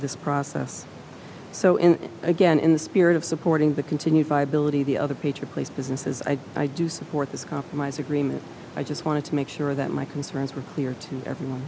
this process so in again in the spirit of supporting the continued viability of the other page or place businesses i i do support this compromise agreement i just wanted to make sure that my concerns were clear to everyone